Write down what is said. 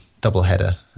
double-header